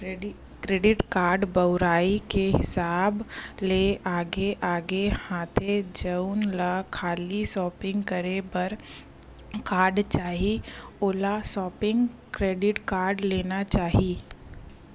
credit card बउरई के हिसाब ले अलगे अलगे आथे, जउन ल खाली सॉपिंग करे बर कारड चाही ओला सॉपिंग क्रेडिट कारड लेना चाही